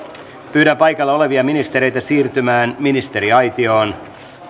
pyydän paikalla olevia ministereitä siirtymään ministeriaitioon